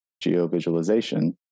geo-visualization